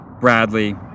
Bradley